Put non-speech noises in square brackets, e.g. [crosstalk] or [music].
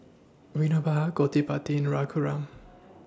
Vinoba Gottipati Raghuram [noise]